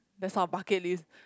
that's not a bucket list